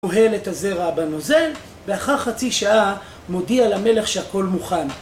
מוהל את הזרע בנוזל, ואחר חצי שעה מודיע למלך שהכול מוכן.